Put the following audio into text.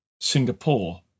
Singapore